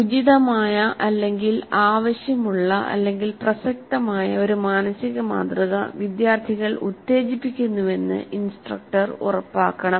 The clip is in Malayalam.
ഉചിതമായ ആവശ്യമുള്ള പ്രസക്തമായ ഒരു മാനസിക മാതൃക വിദ്യാർത്ഥികൾ ഉത്തേജിപ്പിക്കുന്നുവെന്ന് ഇൻസ്ട്രക്ടർ ഉറപ്പാക്കണം